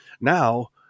now